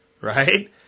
right